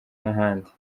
n’ahandi